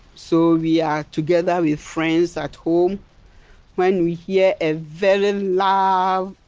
so yeah together with friends at home when we hear a very loud,